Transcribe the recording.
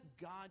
God